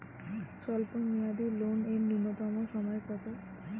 স্বল্প মেয়াদী লোন এর নূন্যতম সময় কতো?